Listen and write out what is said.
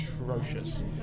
atrocious